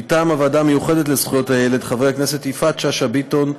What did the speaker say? מטעם הוועדה המיוחדת לזכויות הילד: יפעת שאשא ביטון,